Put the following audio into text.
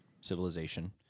civilization